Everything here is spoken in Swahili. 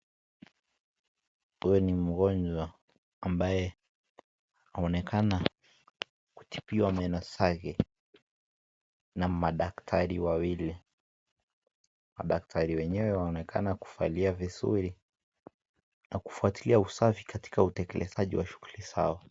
Huyu ni mgonjwa ambaye anaonekana kutibiwa meno zake na madaktari wawili madaktari wenyewe wanaonekana kuvalia vizuri na kufuatilia usafi katika utekelezaji wa shughuli zao.